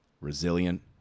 resilient